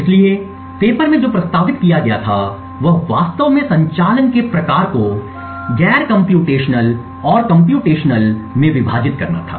इसलिए पेपर में जो प्रस्तावित किया गया था वह वास्तव में संचालन के प्रकार को गैर कम्प्यूटेशनल और कम्प्यूटेशनल में विभाजित करना था